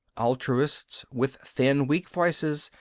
altruists, with thin, weak voices,